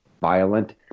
violent